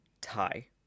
tie